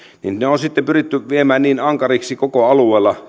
niin se metsästyskielto ja käyttökiellot on sitten pyritty viemään niin ankariksi koko alueella